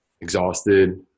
Exhausted